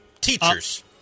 teachers